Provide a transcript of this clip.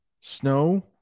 snow